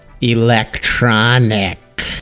electronic